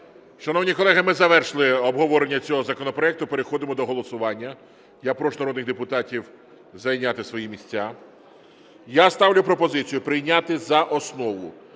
Шановні колеги, ми завершили обговорення цього законопроекту. Переходимо до голосування. Я прошу народних депутатів зайняти свої місця. Я ставлю пропозицію прийняти за основу